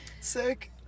sick